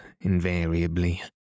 invariably